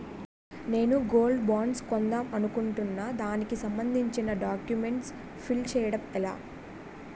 నేను gold bonds కొందాం అనుకుంటున్నా దానికి సంబందించిన డాక్యుమెంట్స్ ఫిల్ చేయడం ఎలా?